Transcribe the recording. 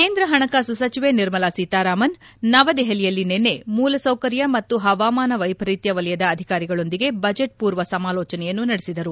ಕೇಂದ್ರ ಹಣಕಾಸು ಸಚಿವೆ ನಿರ್ಮಲಾ ಸೀತಾರಾಮನ್ ನವದೆಹಲಿಯಲ್ಲಿ ನಿನ್ನೆ ಮೂಲಸೌಕರ್ಯ ಮತ್ತು ಹವಾಮಾನ ವೈಪರೀತ್ತ ವಲಯದವರೊಂದಿಗೆ ಬಜೆಟ್ ಪೂರ್ವ ಸಮಾಲೋಚನೆಗಳನ್ನು ನಡೆಸಿದರು